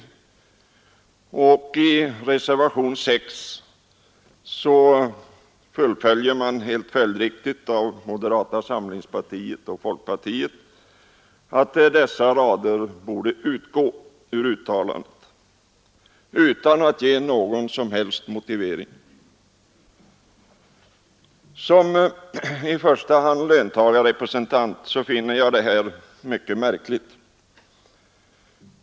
I reservationen 6 yrkas också helt följriktigt av moderata samlingspartiet och folkpartiet att dessa rader skall utgå ur utlåtandet — utan någon som helst motivering! Som i första hand löntagarrepresentant finner jag det mycket märkligt.